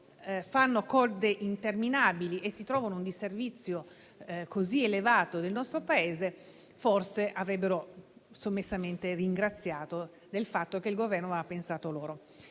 fanno code interminabili e si trovano un disservizio così elevato nel nostro Paese, avrebbero sommessamente ringraziato il Governo per aver pensato a loro.